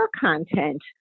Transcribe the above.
content